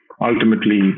Ultimately